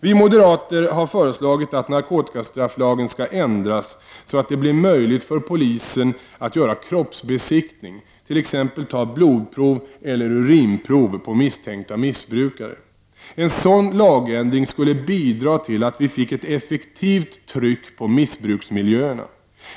Vi moderater har föreslagit att narkotikastrafflagen skall ändras så att det blir möjligt för polisen att göra kroppsbesiktning, t.ex. ta blodprov eller urinprov, på misstänkta missbrukare. En sådan lagändring skulle bidra till att vi fick ett effektivt tryck på missbruksmiljöerna.